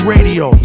Radio